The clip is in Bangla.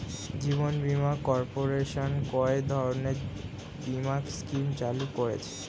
জীবন বীমা কর্পোরেশন কয় ধরনের বীমা স্কিম চালু করেছে?